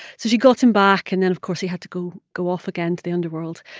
so she got him back and then, of course, he had to go go off again to the underworld,